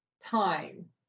time